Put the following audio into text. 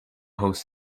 host